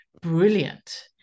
brilliant